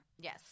yes